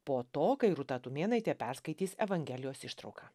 po to kai rūta tumėnaitė perskaitys evangelijos ištrauką